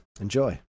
enjoy